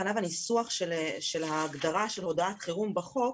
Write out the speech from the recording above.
הניסוח של ההגדרה של הודעת חירום בחוק